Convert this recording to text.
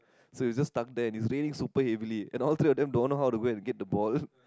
so it was just stuck there and it's raining super heavily and all three of them don't know how to go and get the ball